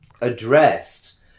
addressed